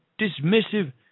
dismissive